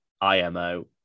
IMO